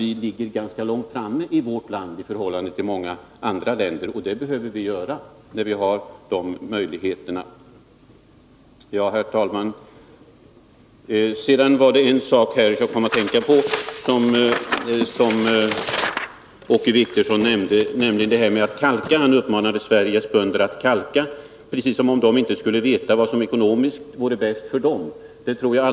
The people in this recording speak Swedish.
Vi ligger ganska långt framme i vårt land i förhållande till många andra länder, och det behöver vi göra när vi har dessa möjligheter. Åke Wictorsson uppmanade Sveriges bönder att kalka, precis som om de inte skulle veta vad som är ekonomiskt bäst för dem.